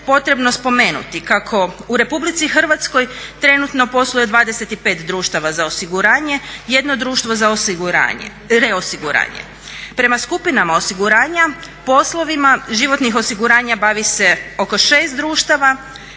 potrebno spomenuti kako u RH trenutno posluje 25 društava za osiguranje, jedno društvo za reosiguranje. Prema skupinama osiguranja, poslovima, životnih osiguranja bavi se oko 6 društava,